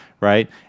right